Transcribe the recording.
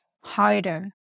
harder